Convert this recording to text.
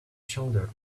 shoulder